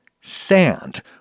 sand